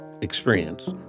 experience